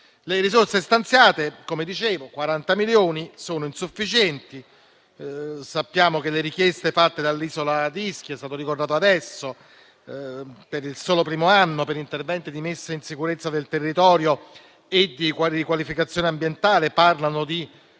Le risorse stanziate, 40 milioni di euro, sono insufficienti. Sappiamo che le richieste fatte dall'isola di Ischia - com'è stato ricordato adesso - per il solo primo anno, per interventi di messa in sicurezza del territorio e di riqualificazione ambientale, parlano di